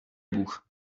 bůh